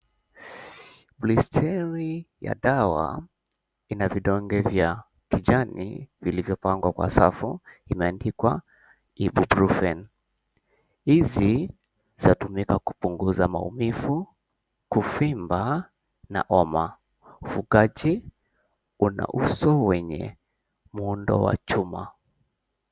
Blister ya dawa ina vidonge vya kijani vilivyopangwa kwa safu imeandikwa, Ibuprofen. Hizi zatumika kupunguza maumivu, kuvimba, na homa. Ufugaji una uso wenye muundo wa chuma.